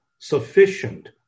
sufficient